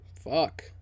Fuck